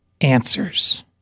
answers